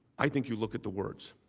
i think you look at the words.